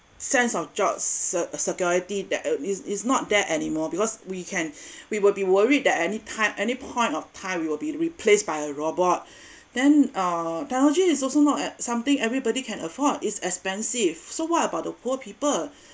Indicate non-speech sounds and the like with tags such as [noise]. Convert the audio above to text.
sense of job se~ security that is is not there anymore because we can [breath] we will be worried that any time any point of time we will be replaced by a robot [breath] then uh technology is also not at~ something everybody can afford is expensive so what about the poor people [breath]